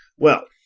well,